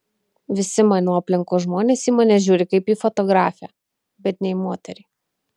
visi mano aplinkos žmonės į mane žiūri kaip į fotografę bet ne į moterį